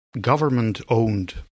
government-owned